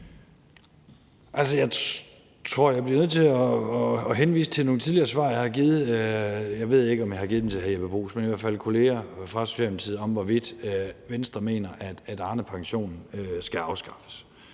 Jeg tror, jeg bliver nødt til at henvise til nogle tidligere svar, jeg har givet. Jeg ved ikke, om jeg har givet dem til hr. Jeppe Bruus, men i hvert fald har jeg givet dem til kolleger fra Socialdemokratiet om, hvorvidt Venstre mener, at Arnepensionen skal afskaffes.